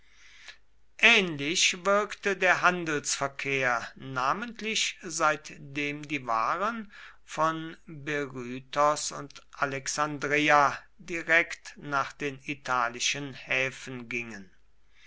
ähnlich wirkte der handelsverkehr namentlich seitdem die waren von berytos und alexandreia direkt nach den italischen häfen gingen